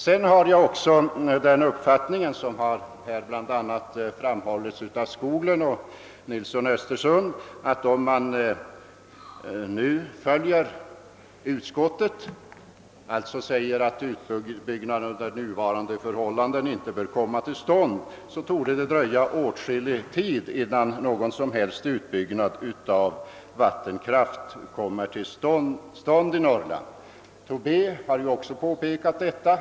Vidare har jag den uppfattningen, som bl.a. herr Skoglund och herr Nilsson i Östersund hävdat, att om man nu bifaller utskottets förslag, alltså säger, att utbyggnad under nuvarande förhållanden inte bör komma till stånd, så torde det dröja åtskillig tid, innan någon som helst utbyggnad av vattenkraft igångsättes i Norrland. Herr Tobé har ju också påpekat detta.